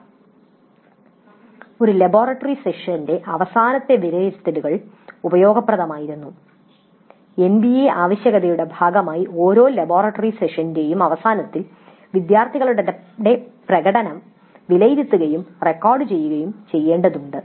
"ഒരു ലബോറട്ടറി സെഷന്റെ അവസാനത്തെ വിലയിരുത്തലുകൾ ഉപയോഗപ്രദമായിരുന്നു" എൻബിഎ ആവശ്യകതയുടെ ഭാഗമായി ഓരോ ലബോറട്ടറി സെഷന്റെയും അവസാനത്തിൽ വിദ്യാർത്ഥികളുടെ പ്രകടനം വിലയിരുത്തുകയും റെക്കോർഡുചെയ്യുകയും ചെയ്യേണ്ടതുണ്ട്